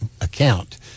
account